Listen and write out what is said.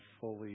fully